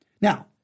Now